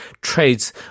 trades